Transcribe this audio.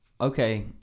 Okay